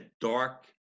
dark